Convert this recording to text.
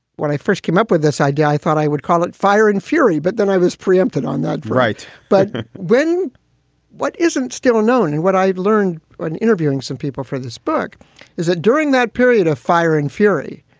i first came up with this idea, i thought i would call it fire and fury. but then i was preempted on that. right. but when what isn't still known, and what i learned when interviewing some people for this book is that during that period of firing fury,